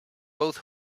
both